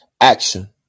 action